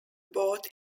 both